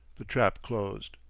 the trap closed.